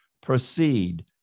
proceed